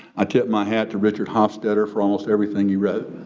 i tip my hat to richard hofstadter for almost everything you read.